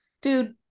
dude